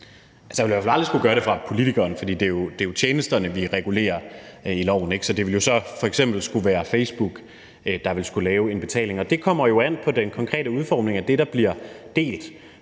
Det ville i hvert aldrig skulle være fra politikeren, for det er jo tjenesterne, vi regulerer i loven, ikke? Så det vil jo så f.eks. skulle være Facebook, der ville skulle lave en betaling. Det kommer jo an på den konkrete udformning af det, der bliver delt.